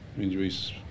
injuries